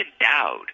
endowed